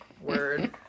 Word